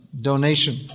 donation